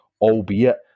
albeit